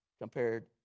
compared